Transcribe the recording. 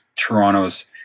Toronto's